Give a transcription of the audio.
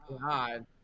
God